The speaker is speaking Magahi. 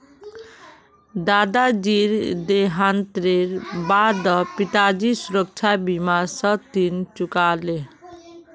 दादाजीर देहांतेर बा द पिताजी सुरक्षा बीमा स ऋण चुका ले